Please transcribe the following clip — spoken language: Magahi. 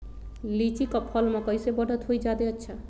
लिचि क फल म कईसे बढ़त होई जादे अच्छा?